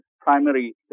primary